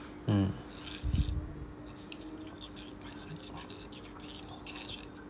mm